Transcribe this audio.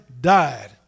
died